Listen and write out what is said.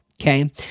Okay